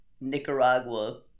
Nicaragua